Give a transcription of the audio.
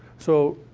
so,